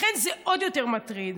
לכן זה עוד יותר מטריד.